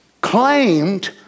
claimed